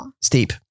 Steep